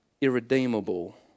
irredeemable